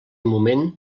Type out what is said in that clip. moment